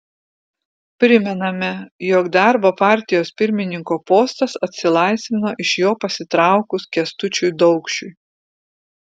primename jog darbo partijos pirmininko postas atsilaisvino iš jo pasitraukus kęstučiui daukšiui